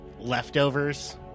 leftovers